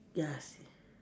yes